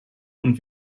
und